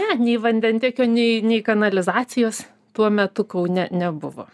ne nei vandentiekio nei nei kanalizacijos tuo metu kaune nebuvo